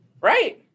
Right